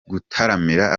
gutaramira